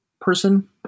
person